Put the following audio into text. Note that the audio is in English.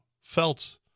felt